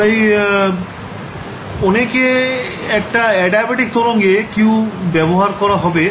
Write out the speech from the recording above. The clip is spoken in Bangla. তাই অনেকে একটা অ্যাডায়াবেটিক তরঙ্গে q ব্যবহার করা হবে